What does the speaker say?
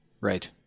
Right